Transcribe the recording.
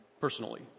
personally